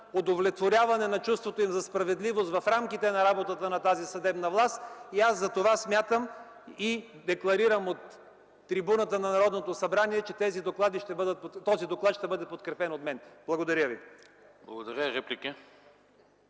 удовлетворяване на чувството им за справедливост, в рамките на работата на тази съдебна власт. Смятам и декларирам от трибуната на Народното събрание, че този доклад ще бъде подкрепен от мен. Благодаря ви. ПРЕДСЕДАТЕЛ